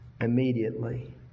immediately